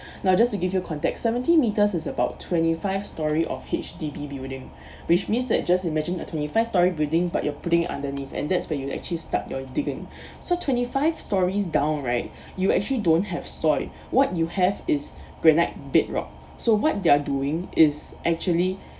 now just to give you context seventy metres is about twenty five storey of H_D_B building which means that just imagine a twenty five storey building but you're putting underneath and that's where you actually start your digging so twenty five storeys down right you actually don't have soil what you have is granite bedrock so what they're doing is actually